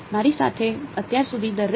મારી સાથે અત્યાર સુધી દરેક